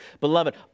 Beloved